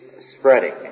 Spreading